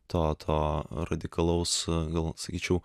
to to radikalaus gal sakyčiau